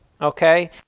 Okay